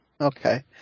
Okay